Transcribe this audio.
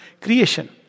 creation